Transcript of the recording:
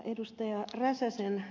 tähän ed